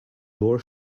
door